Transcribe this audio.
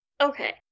Okay